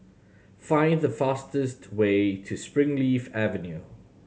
find the fastest way to Springleaf Avenue